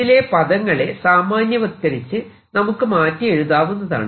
ഇതിലെ പദങ്ങളെ സാമാന്യവത്കരിച്ച് നമുക്ക് മാറ്റി എഴുതാവുന്നതാണ്